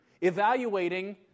evaluating